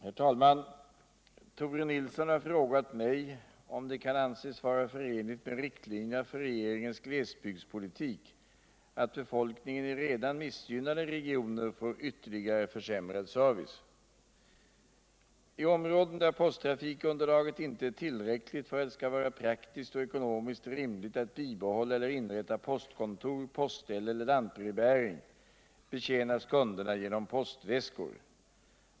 Herr talman! Tore Nilsson har frågat mig om det kan anses vara förenligt med riktlinjerna för regeringens glesbygdspolitik att befolkningen i redan missgynnade regioner får ytterligare försämrad service. I områden dir posttrafikunderlaget inte är uillräckligt för att det skall vara praktiskt och ekonomiskt rimligt att bibehålla eller inrätta postkontor. postställe eller lantbrevbäring, beuänas kunderna genom postväskor.